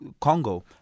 Congo